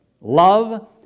love